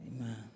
Amen